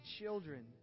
children